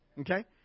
okay